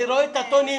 אני רואה את הטונים.